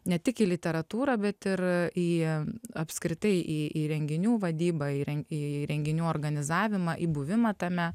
ne tik į literatūrą bet ir į apskritai į į renginių vadybą į ren į renginių organizavimą į buvimą tame